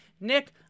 nick